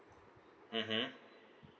mmhmm